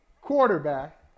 quarterback